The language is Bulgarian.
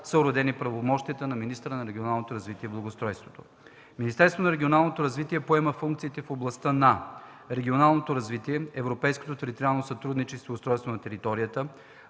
са уредени правомощия на министъра на регионалното развитие и благоустройството. Министерството на регионалното развитие поема функциите в областта на: – регионалното развитие, европейско териториално сътрудничество и устройството